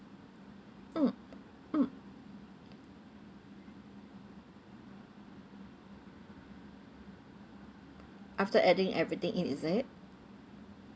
mm mm after adding everything in is it